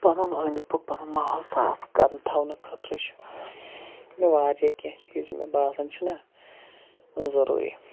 پَنُن أنٛدۍ پوٚک پَنُن ماحول صاف کَرُن تھاونہٕ خٲطرٕ چھُ واریاہ کینٛہہ چیٖز یِم مےٚ باسان چھِ نہ ضٔروٗری